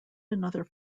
another